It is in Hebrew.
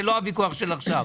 זה לא הוויכוח של עכשיו.